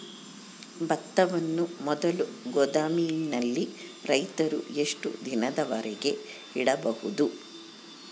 ಭತ್ತವನ್ನು ಮೊದಲು ಗೋದಾಮಿನಲ್ಲಿ ರೈತರು ಎಷ್ಟು ದಿನದವರೆಗೆ ಇಡಬಹುದು?